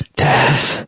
death